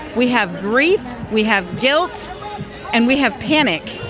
we have grief. we have guilt and we have panic.